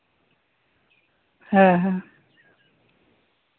ᱦᱮᱸ ᱦᱮᱸ